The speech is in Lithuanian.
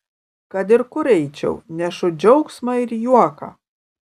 kad ir kur eičiau nešu džiaugsmą ir juoką